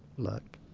look,